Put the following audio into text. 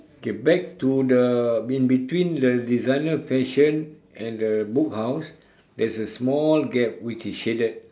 okay back to the in between the designer fashion and the book house there's a small gap which is shaded